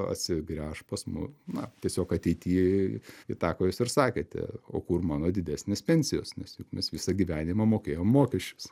atsigręš pas mu na tiesiog ateity į tą ko jūs ir sakėte o kur mano didesnės pensijos nes juk mes visą gyvenimą mokėjom mokesčius